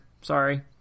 sorry